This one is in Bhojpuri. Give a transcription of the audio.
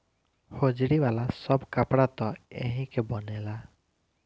होजरी वाला सब कपड़ा त एही के बनेला